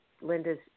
Linda's